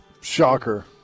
Shocker